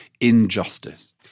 injustice